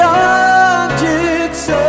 objects